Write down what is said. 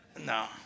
No